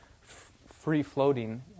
free-floating